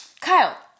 Kyle